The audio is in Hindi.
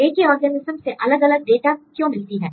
एक ही ऑर्गेनिज्म से अलग अलग डेटा क्यों मिलती है